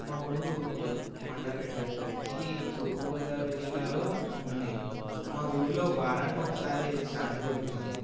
మా ఊరు మండపేట ఇది తూర్పుగోదావరి జిల్లాలో ఉంది మా ఊళ్ళో వారానికి ఒకసారి సంత జరుగుతుంది